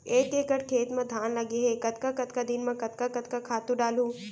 एक एकड़ खेत म धान लगे हे कतका कतका दिन म कतका कतका खातू डालहुँ?